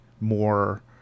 more